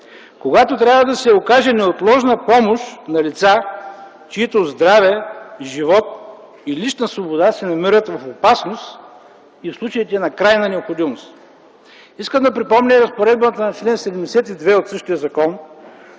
когато трябва да се окаже неотложна помощ на лица, чието здраве, живот и лична свобода се намират в опасност и в случаите на крайна необходимост. Искам да припомня разпоредбата на чл. 72 от същия закон,